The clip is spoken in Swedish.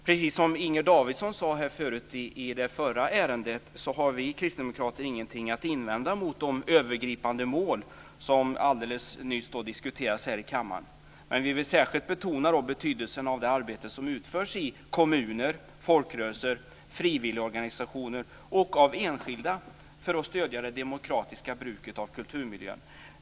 Precis som Inger Davidson sade i det förra ärendet har vi kristdemokrater ingenting att invända mot de övergripande mål som diskuterades alldeles nyss här i kammaren. Men vi vill särskilt betona betydelsen av det arbete som utförs i kommuner, folkrörelser, frivilligorganisationer och av enskilda för att stödja det demokratiska bruket av kulturmiljön.